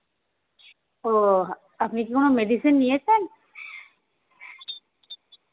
ও আপনি কি কোনো মেডিসিন নিয়েছেন